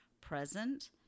present